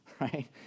right